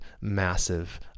massive